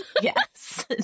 Yes